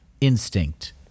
instinct